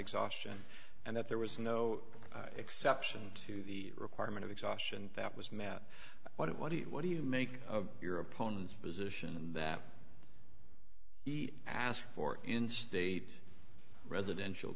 exhaustion and that there was no exception to the requirement of exhaustion that was met what do you what do you make of your opponent's position that he asked for in state residential